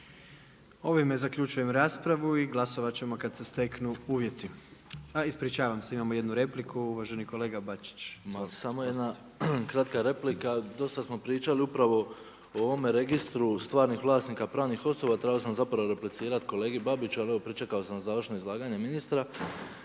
Ovime zaključujem raspravu i glasovati ćemo kada se steknu uvjeti. A ispričavam se, imamo jednu repliku, uvaženi kolega Bačić. **Bačić, Ante (HDZ)** Ma samo jedna kratka replika, dosta smo pričali upravo o ovome registru stvarnih vlasnika pravnih osoba, trebao sam zapravo replicirati kolegi Babiću, ali evo pričekao sam završno izlaganje ministra.